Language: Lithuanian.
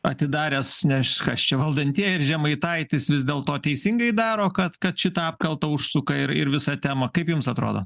atidaręs nes kas čia valdantieji ir žemaitaitis vis dėlto teisingai daro kad kad šitą apkaltą užsuka ir ir visą temą kaip jums atrodo